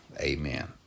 Amen